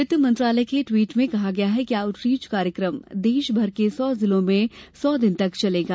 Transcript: वित्त मंत्रालय के ट्वीट में कहा गया है कि आउटरीच कार्यक्रम देश भर के सौ जिलों में सौ दिन तक चलेगा